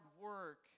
work